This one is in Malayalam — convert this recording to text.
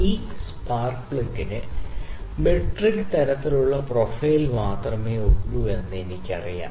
ഈ സ്പാർക്ക് പ്ലഗിന് മെട്രിക് തരത്തിലുള്ള പ്രൊഫൈൽ മാത്രമേ ഉള്ളൂവെന്ന് എനിക്കറിയാം